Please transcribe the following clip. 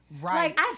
Right